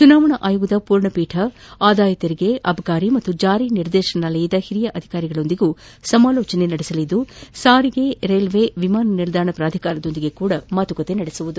ಚುನಾವಣಾ ಆಯೋಗದ ಪೂರ್ಣ ಪೀಠ ಆದಾಯ ತೆರಿಗೆ ಅಬಕಾರಿ ಪಾಗೂ ಜಾರಿ ನಿರ್ದೇಶನಾಲಯದ ಹಿರಿಯ ಅಧಿಕಾರಿಗಳೊಂದಿಗೆ ಸಮಾಲೋಚನೆ ನಡೆಸಲಿದ್ದು ಸಾರಿಗೆ ರೈಲ್ವೆ ವಿಮಾನ ನಿಲ್ದಾಣ ಪ್ರಾಧಿಕಾರದೊಂದಿಗೂ ಮಾತುಕತೆ ನಡೆಸಲಿದೆ